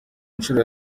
inshuro